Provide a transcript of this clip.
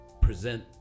present